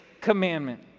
commandment